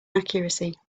accuracy